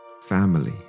Family